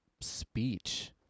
speech